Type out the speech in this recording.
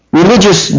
religious